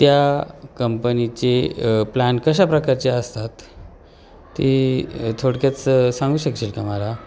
त्या कंपनीचे प्लॅन कशा प्रकारचे असतात ती थोडक्यात सांगू शकशील का मला